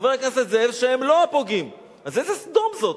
חבר הכנסת זאב, שהם לא הפוגעים, אז איזה סדום זאת?